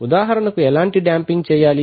ఉదాహరణకు ఎలాంటి డాంపింగ్ చేయాలి